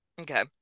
Okay